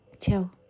Ciao